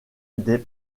des